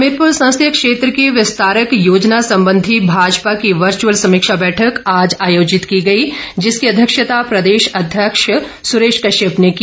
कश्यप हमीरपुर संसदीय क्षेत्र की विस्तारक योजना संबंधी भाजपा की वर्च्अल समीक्षा बैठक आज आयोजित की गई जिसकी अध्यक्षता प्रदेश अध्यक्ष सुरेश कश्यप ने की